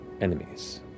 enemies